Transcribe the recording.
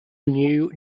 new